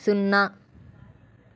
సున్నా